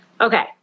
Okay